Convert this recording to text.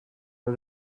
but